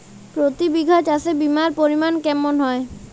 প্রতি বিঘা চাষে বিমার পরিমান কেমন হয়?